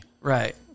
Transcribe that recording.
Right